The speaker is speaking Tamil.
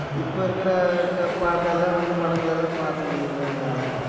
இப்போ இருக்கிற க பாட்டெல்லாம் வந்து படங்கள் எல்லாம் பார்க்க முடியுதுங்களா எங்களால்